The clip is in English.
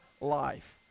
life